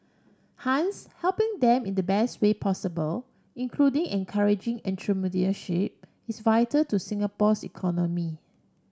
hence helping them in the best way possible including encouraging entrepreneurship is vital to Singapore's economy